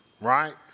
right